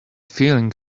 feeling